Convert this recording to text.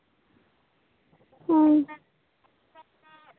ᱦᱮᱸ